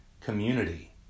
community